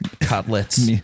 cutlets